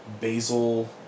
basil